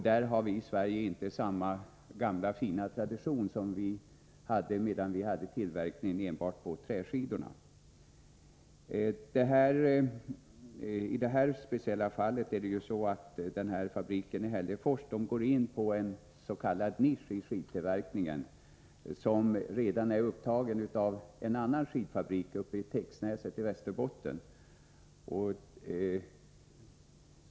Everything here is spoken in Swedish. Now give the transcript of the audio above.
Där har vi i Sverige inte samma gamla fina tradition som vi hade då tillverkningen enbart bestod av träskidor. Fabriken i Hällefors går nu in på en s.k. nisch i skidtillverkningen som redan är upptagen av en annan skidfabrik, som ligger i Tegsnäset i Västerbotten.